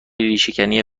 ریشهکنی